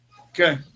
Okay